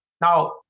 Now